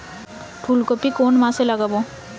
ফুলকপি কোন মাসে লাগাবো?